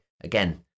Again